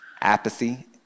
apathy